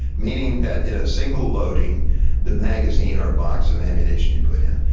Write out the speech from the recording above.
meaning that in a single loading the magazine or box of ammunition you put in,